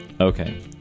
Okay